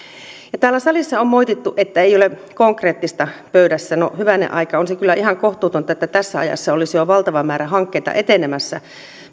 täällä salissa on moitittu että ei ole konkreettista pöydässä no hyvänen aika on se kyllä ihan kohtuutonta että tässä ajassa olisi jo valtava määrä hankkeita etenemässä